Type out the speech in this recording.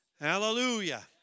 Hallelujah